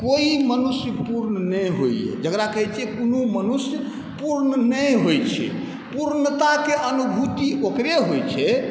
कोइ मनुष्य पूर्ण नहि होइए जकरा कहै छै कोनो मनुष्य पूर्ण नहि होइ छै पूर्णताके अनुभूति ओकरे होइ छै